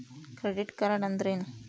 Credit card ಅಂದ್ರೇನು?